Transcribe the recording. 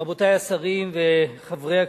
רבותי השרים וחברי הכנסת,